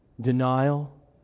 denial